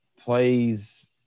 plays